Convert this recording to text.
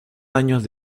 años